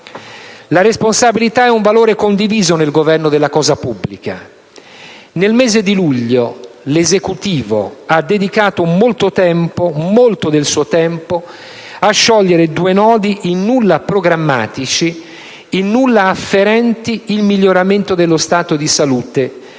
La responsabilità è un valore condiviso nel Governo della cosa pubblica. Nel mese di luglio l'Esecutivo ha dedicato molto del suo tempo a sciogliere due nodi in nulla programmatici e in nulla afferenti al miglioramento dello stato di salute